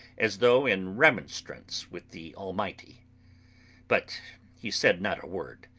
as though in remonstrance with the almighty but he said not a word,